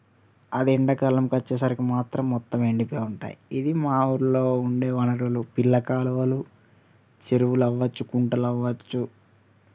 అదే ఎండకాలంకు వచ్చేసరికి మాత్రం మొత్తం ఎండిపోయి ఉంటాయ్ ఇవి మా ఊరిలో ఉండే వనరులు పిల్ల కాలువలు చెరువులు అవ్వచ్చు కుంటలు అవ్వచ్చు